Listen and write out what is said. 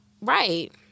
Right